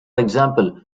example